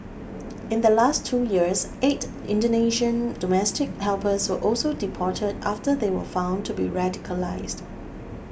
in the last two years eight Indonesian domestic helpers were also deported after they were found to be radicalised